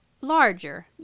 larger